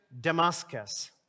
Damascus